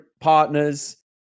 partners